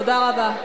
תודה רבה.